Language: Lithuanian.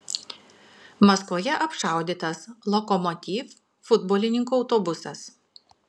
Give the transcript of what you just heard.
maskvoje apšaudytas lokomotiv futbolininkų autobusas